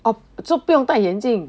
oh 这不用戴眼镜